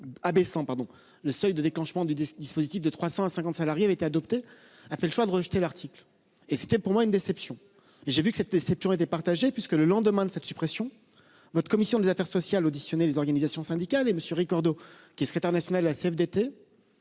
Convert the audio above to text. pardon le seuil de déclenchement du dispositif de 350 salariés avaient été adoptés, a fait le choix de rejeter l'article et c'était pour moi une déception et j'ai vu que c'était c'est toujours été partagée puisque le lendemain de cette suppression votre commission des affaires sociales auditionné les organisations syndicales et monsieur Ricordeau qui est secrétaire national de la CFDT.